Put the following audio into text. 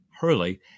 Hurley